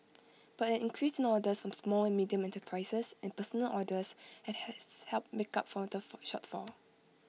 but an increase in orders some small and medium enterprises and personal orders has helped make up for the shortfall